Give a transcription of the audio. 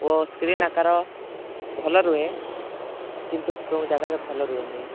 ଓ screen ଆକାର ଭଲ ରୁହେ କିନ୍ତୁ କେଉଁ ଜାଗାରେ ଭଲ ରୁହେନି